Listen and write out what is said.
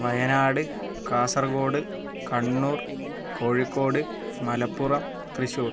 Wayanad Kasaragod Kannur Kozhikode Malappuram Thrissur